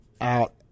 out